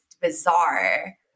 bizarre